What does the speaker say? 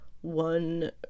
one